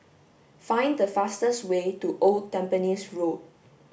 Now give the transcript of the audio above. find the fastest way to Old Tampines Road